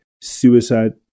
suicide